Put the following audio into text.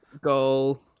goal